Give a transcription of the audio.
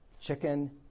chicken